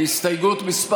על הסתייגות מס'